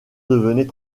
devenait